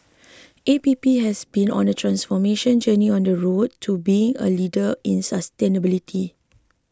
A P P has been on a transformation journey on the road to being a leader in sustainability